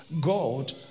God